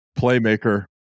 Playmaker